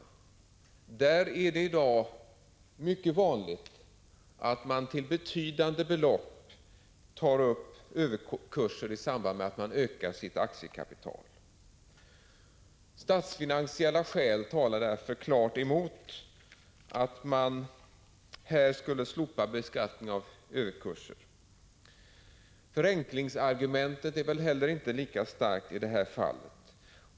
131 Bland dessa är det numera mycket vanligt att man i samband med ökning av aktiekapitalet tar ut överkurser som ger betydande belopp. Statsfinansiella skäl talar därför klart emot att man skulle slopa beskattning av överkurser i dessa fall. Inte heller torde förenklingsargumentet vara lika starkt i det här fallet.